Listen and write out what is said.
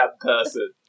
person